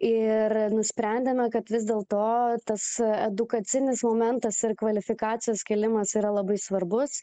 ir nusprendėme kad vis dėl to tas edukacinis momentas ir kvalifikacijos kėlimas yra labai svarbus